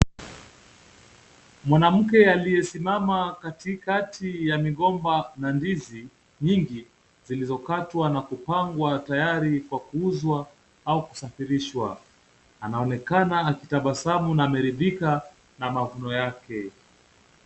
Mwanamke aliyesimama katikati ya migomba na ndizi nyingi zilizokatwa na kupangwa tayari kwa kuuzwa au kusafirishwa. Anaonekana akitabasamu na ameridhika na mavuno yake.